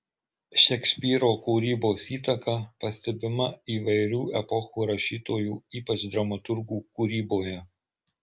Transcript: šekspyro kūrybos įtaka pastebima įvairių epochų rašytojų ypač dramaturgų kūryboje